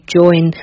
join